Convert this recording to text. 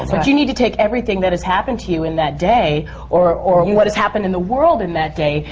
but you need to take everything that has happened to you in that day or or what has happened in the world in that day,